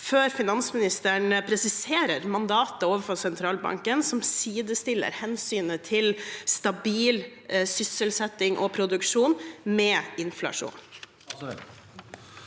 før finansministeren presiserer mandatet overfor sentralbanken, som sidestiller hensynet til stabil sysselsetting og produksjon med hensynet